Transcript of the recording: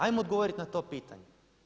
Ajmo odgovoriti na to pitanje.